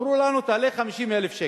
אמרו לנו: תעלה 50,000 שקל,